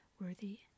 worthy